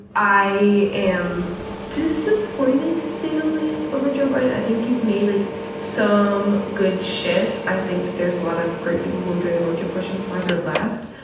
i am disappointed, to say the least, over joe biden. i think he's made like some good shifts. i think there's a lot of great people who are doing work to push him farther left.